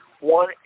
one